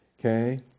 okay